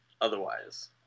otherwise